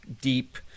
deep